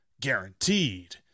guaranteed